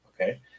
okay